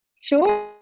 Sure